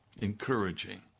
Encouraging